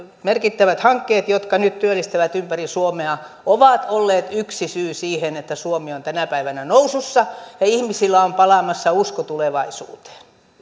merkittävät hankkeet jotka nyt työllistävät ympäri suomea ovat olleet yksi syy siihen että suomi on tänä päivänä nousussa ja ihmisillä on palaamassa usko tulevaisuuteen